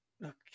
look